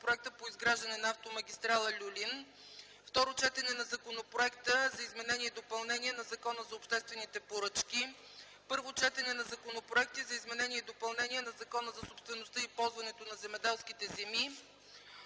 Второ четене на Законопроекта за изменение и допълнение на Закона за обществените поръчки. 8. Първо четене на законопроекти за изменение и допълнение на Закона за собствеността и ползването на земеделските земи.